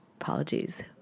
Apologies